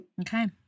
Okay